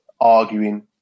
arguing